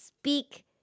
speak